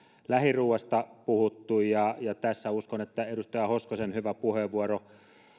lähiruuasta on puhuttu ja uskon että edustaja hoskosen hyvä puheenvuoro